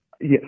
Yes